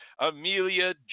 amelia